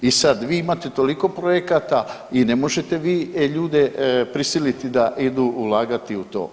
I sad vi imate toliko projekata i ne možete vi ljude prisilite da idu ulagati u to.